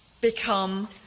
become